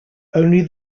only